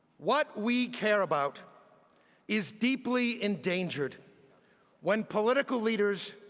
what we care about is deeply endangered when political leaders,